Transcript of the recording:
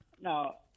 now